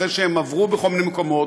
אחרי שהם עברו בכל מיני מקומות,